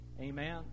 Amen